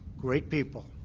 great people.